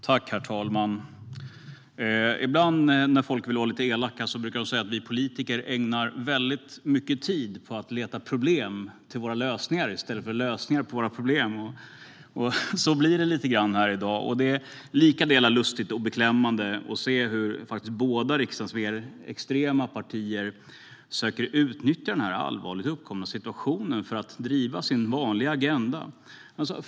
Herr talman! Ibland när folk vill vara lite elaka brukar de säga att vi politiker ägnar mycket tid åt att leta efter problem till våra lösningar i stället för lösningar på våra problem. Så blir det lite grann här i dag. Det är lika delar lustigt och beklämmande att se hur båda de extrema riksdagspartierna försöker utnyttja den allvarliga situation som har uppkommit för att driva sin vanliga agenda.